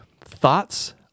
Thoughts